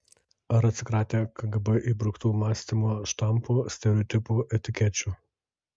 ar atsikratę kgb įbruktų mąstymo štampų stereotipų etikečių